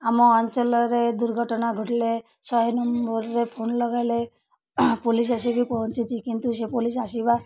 ଆମ ଅଞ୍ଚଳରେ ଦୁର୍ଘଟଣା ଘଟିଲେ ଶହେ ନମ୍ବର୍ରେ ଫୋନ୍ ଲଗାଇଲେ ପୋଲିସ ଆସିକି ପହଞ୍ଚିଛି କିନ୍ତୁ ସେ ପୋଲିସ ଆସିବା